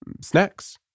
Snacks